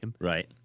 Right